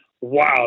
wow